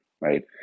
right